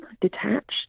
detached